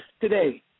today